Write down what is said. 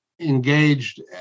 engaged